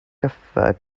gyfer